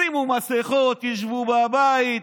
שימו מסכות, שבו בבית,